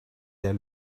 der